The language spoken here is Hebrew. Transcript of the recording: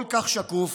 כל כך שקוף